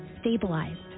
stabilized